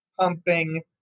pumping